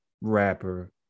rapper